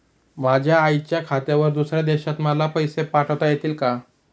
माझ्या आईच्या खात्यावर दुसऱ्या देशात मला पैसे पाठविता येतील का?